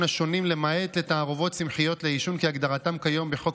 השונים למעט תערובות צמחיות לעישון כהגדרתן כיום בחוק